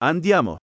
Andiamo